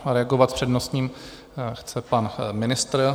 Reagovat s přednostním chce pan ministr.